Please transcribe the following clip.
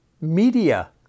media